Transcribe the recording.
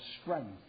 strength